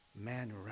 man